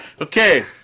Okay